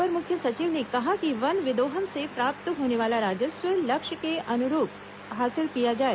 अपर मुख्य सचिव ने कहा कि वन विदोहन से प्राप्त होने वाले राजस्व लक्ष्य के अनुरूप हासिल किया जाए